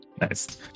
Nice